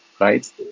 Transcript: right